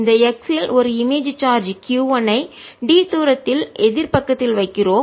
இந்த X இல் ஒரு இமேஜ் சார்ஜ் q 1 ஐ d தூரத்தில் எதிர் பக்கத்தில் வைக்கிறோம்